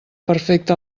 perfecta